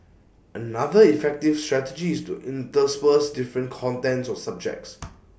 another effective strategy is to intersperse different contents or subjects